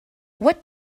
what